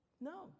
No